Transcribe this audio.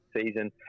season